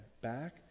back